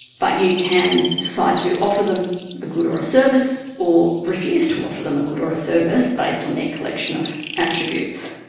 but you can decide to offer them a good or a service or refuse to offer them a good or service based on their collection of attributes.